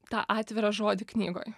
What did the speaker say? tą atvirą žodį knygoj